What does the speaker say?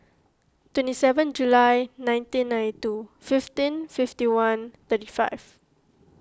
twenty seven July nineteen ninety two fifteen fifty one thirty five